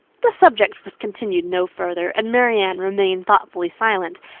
the subject was continued no farther and marianne remained thoughtfully silent,